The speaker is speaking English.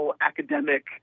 academic